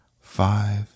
five